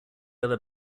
other